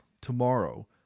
tomorrow